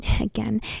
Again